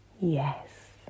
yes